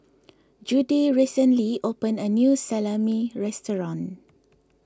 Judi recently opened a new Salami restaurant